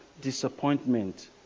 disappointment